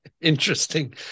interesting